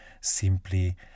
Simply